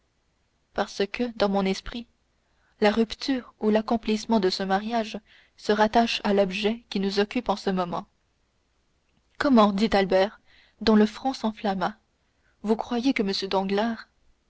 parce que dans mon esprit la rupture ou l'accomplissement de ce mariage se rattache à l'objet qui nous occupe en ce moment comment dit albert dont le front s'enflamma vous croyez que m